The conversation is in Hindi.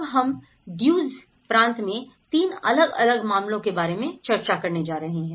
अब हम ड्यूज़ प्रांत में 3 अलग अलग मामलों के बारे में चर्चा करने जा रहे हैं